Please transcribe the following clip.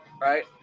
right